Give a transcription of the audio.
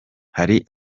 hari